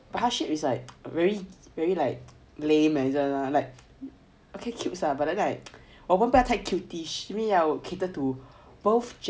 but heart shape is like very very like lame 你知道吗 like okay cute lah but like 我们不要太 cutish we want to cater to both gender